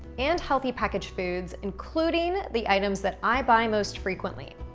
and healthy packaged foods, including the items that i buy most frequently.